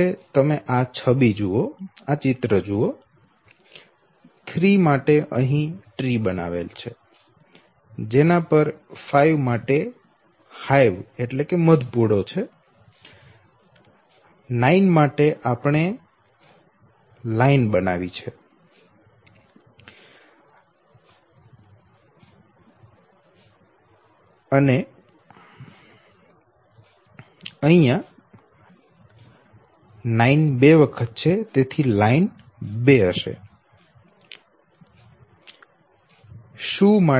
હવે તમે આ છબી જુઓ 3 માટે અહી ટ્રી બનાવેલ છે જેના પર 5 માટે હાઈવ છે જેને 9 માટે લાઈન થી 2 માટે શુ ને